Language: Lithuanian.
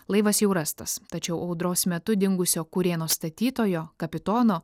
laivas jau rastas tačiau audros metu dingusio kurėno statytojo kapitono